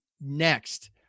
Next